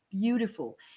Beautiful